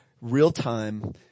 real-time